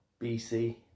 BC